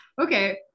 Okay